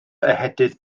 ehedydd